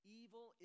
evil